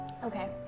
Okay